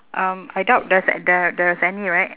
um I doubt there's the there is any right